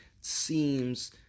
seems